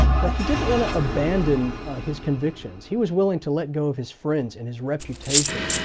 but he didn't want to abandon his convictions. he was willing to let go of his friends, and his reputation,